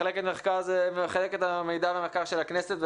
מחלקת המחקר והמידע של הכנסת,